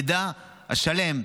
המידע השלם,